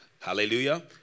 Hallelujah